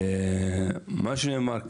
מה שנאמר כאן,